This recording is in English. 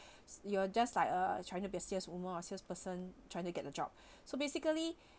you're just like uh trying to be a saleswoman a salesperson trying to get a job so basically